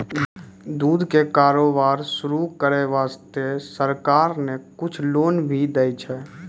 दूध के कारोबार शुरू करै वास्तॅ सरकार न कुछ लोन भी दै छै